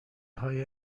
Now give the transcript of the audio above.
های